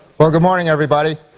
well good morning everybody.